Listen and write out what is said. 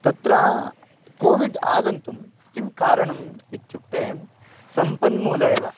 तत्र कोविड् आगन्तुं किं कारणम् इत्युक्ते सम्पन्मूलः एव